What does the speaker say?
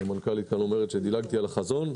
המנכ"לית אומרת שדילגתי על החזון.